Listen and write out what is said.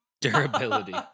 durability